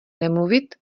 nemluvit